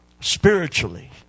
spiritually